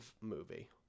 movie